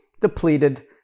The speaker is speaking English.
depleted